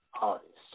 artists